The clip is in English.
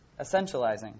essentializing